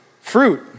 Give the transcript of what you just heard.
fruit